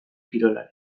kirolari